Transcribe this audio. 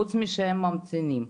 חוץ משהם ממתינים,